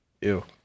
Ew